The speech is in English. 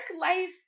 life